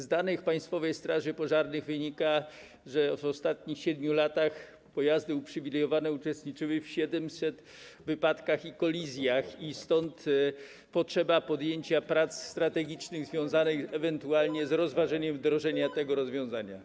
Z danych Państwowej Straży Pożarnej wynika, że w ostatnich 7 latach pojazdy uprzywilejowane uczestniczyły w 700 wypadkach i kolizjach i stąd potrzeba podjęcia prac strategicznych związanych ewentualnie z rozważeniem wdrożenia tego rozwiązania.